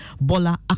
Bola